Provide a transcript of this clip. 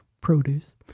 produce